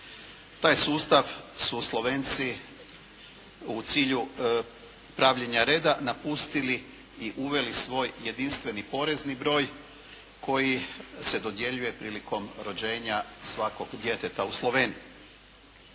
Taj sustav su Slovenci u cilju pravljenja reda napustili i uveli svoj jedinstveni porezni broj koji se dodjeljuje prilikom rođenja svakog djeteta u Sloveniji.